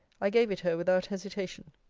i gave it her without hesitation.